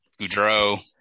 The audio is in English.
Goudreau